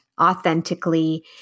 Authentically